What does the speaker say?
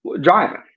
driving